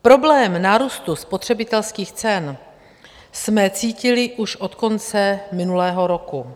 Problém nárůstu spotřebitelských cen jsme cítili už od konce minulého roku.